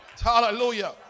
Hallelujah